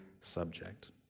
subject